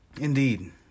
Indeed